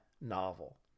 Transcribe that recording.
Novel